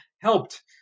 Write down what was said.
helped